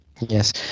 Yes